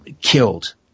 killed